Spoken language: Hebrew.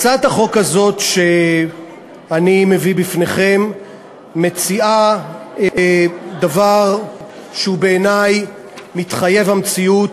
הצעת החוק הזאת שאני מביא בפניכם מציעה דבר שבעיני הוא מחויב המציאות,